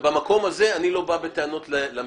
במקום הזה אני לא בא בטענות למבקש.